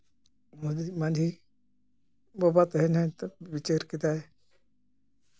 ᱢᱟᱹᱡᱷᱤ ᱢᱟᱹᱡᱷᱤ ᱵᱟᱵᱟ ᱛᱮᱦᱤᱧ ᱦᱚᱭᱛᱚ ᱵᱤᱪᱟᱹᱨ ᱠᱮᱫᱟᱭ